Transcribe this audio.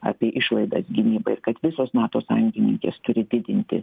apie išlaidas gynybai kad visos nato sąjungininkės turi didinti